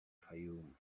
fayoum